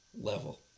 level